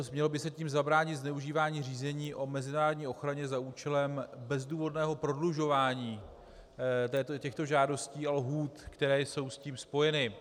Mělo by se tím zabránit zneužívání řízení o mezinárodní ochraně za účelem bezdůvodného prodlužování těchto žádostí a lhůt, které jsou s tím spojeny.